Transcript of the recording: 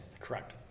Correct